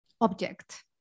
object